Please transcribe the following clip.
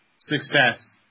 success